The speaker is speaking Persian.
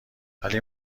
ولی